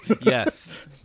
Yes